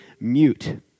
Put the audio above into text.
mute